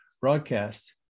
broadcast